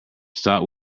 stop